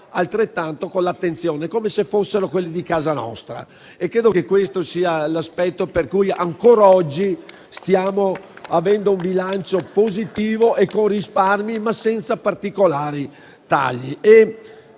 innovazioni con attenzione, come se fossero questioni di casa nostra. Credo che questo sia l'aspetto per cui ancora oggi stiamo avendo un bilancio positivo e con risparmi, ma senza particolari tagli.